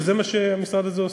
שזה מה שהמשרד הזה עושה.